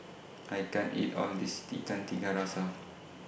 I can't eat All of This Ikan Tiga Rasa